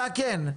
כן,